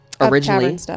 originally